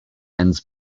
ends